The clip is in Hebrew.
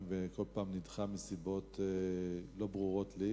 ובכל פעם נדחה הדבר מסיבות שלא ברורות לי.